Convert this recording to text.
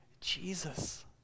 Jesus